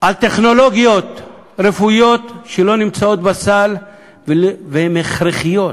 על טכנולוגיות רפואיות שלא נמצאות בסל והן הכרחיות.